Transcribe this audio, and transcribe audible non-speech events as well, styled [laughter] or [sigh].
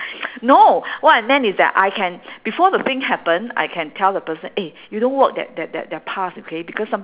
[noise] no what I meant is that I can before the thing happen I can tell the person eh you don't walk that that that that path okay because some~